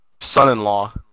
Son-in-law